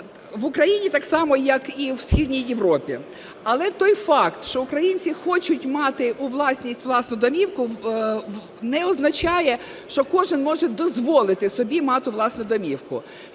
в Україні так само, як і в Східній Європі. Але той факт, що українці хочуть мати у власність власну домівку не означає, що кожен може дозволити собі мати власну домівку.